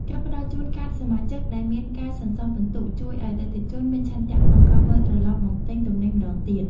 ការផ្ដល់ជូនកាតសមាជិកដែលមានការសន្សំពិន្ទុជួយឱ្យអតិថិជនមានឆន្ទៈក្នុងការវិលត្រឡប់មកទិញទំនិញម្តងទៀត។